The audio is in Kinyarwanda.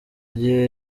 gihe